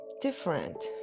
different